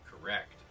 correct